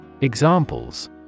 Examples